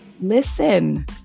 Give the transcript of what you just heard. Listen